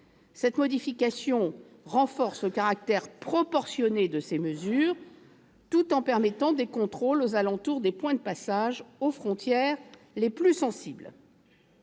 Cette modification renforce le caractère proportionné des mesures prévues, tout en permettant des contrôles aux alentours des points de passage aux frontières les plus sensibles.